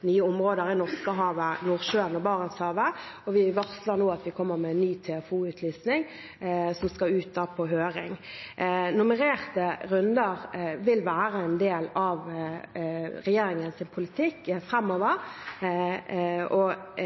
nye områder i Norskehavet, Nordsjøen og Barentshavet, og vi varsler nå at vi kommer med ny TFO-utlysning, som skal ut på høring. Nummererte runder vil være en del av regjeringens politikk framover, og